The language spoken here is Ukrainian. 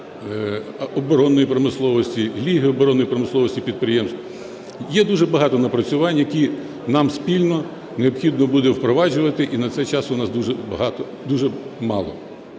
оборонної промисловості, Ліги оборонної промисловості підприємств, є дуже багато напрацювань, які нам спільно необхідно буде впроваджувати, і на це часу у нас дуже мало.